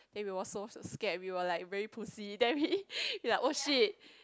then we were so scared we were like very pussy then we like oh shit